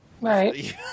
right